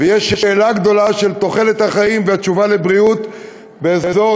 ויש שאלה גדולה של תוחלת החיים והתשובה לבריאות באזור,